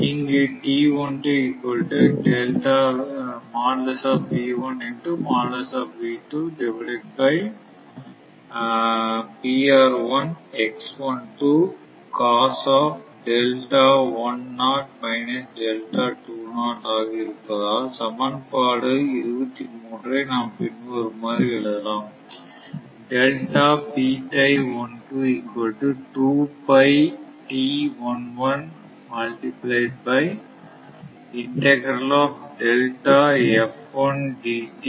இங்கு ஆக இருப்பதால் சமன்பாடு 23 ஐ நாம் பின்வருமாறு எழுதலாம்